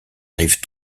rive